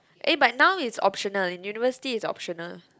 eh but now is optional in university is optional